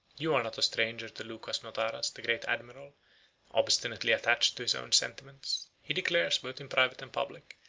you are not a stranger to lucas notaras, the great admiral obstinately attached to his own sentiments, he declares, both in private and public,